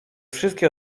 wszystkie